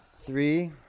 three